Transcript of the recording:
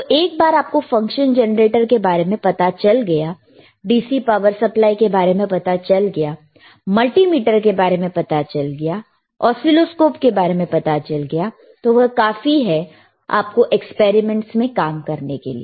तो एक बार आपको फंक्शन जेनरेटर के बारे में पता चल गया DC पावर सप्लाई के बारे में पता चल गया मल्टीमीटर के बारे में पता चल गया ऑसीलोस्कोप के बारे में पता चल गया तो वह काफी है आपको एक्सपेरिमेंट में काम करने के लिए